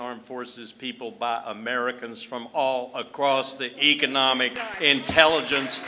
armed forces people by americans from all across the economic intelligence